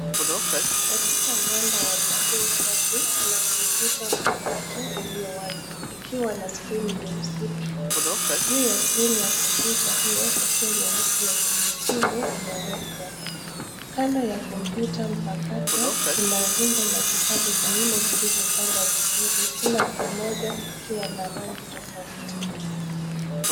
Katika uwanda wa bluu safi, kuna kompyuta mpakato iliyo wazi, ikiwa na skrini nyeusi tupu. Juu ya skrini ya kompyuta hiyo, kofia nyeusi ya kuhitimu, imewekwa. Kando ya kompyuta mpakato, kuna rundo la vitabu vinne vilivyopangwa vizuri. Kila kimoja kikiwa na rangi tofauti.